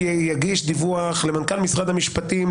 להגיש דיווח למנכ"ל משרד המשפטים,